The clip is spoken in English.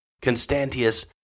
Constantius